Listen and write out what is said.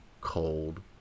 cold